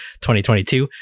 2022